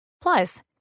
Plus